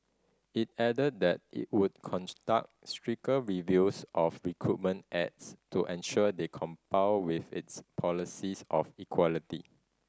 it added that it would stricter reviews of recruitment ads to ensure they with its policies of equality